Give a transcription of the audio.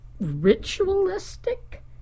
ritualistic